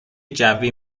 جوی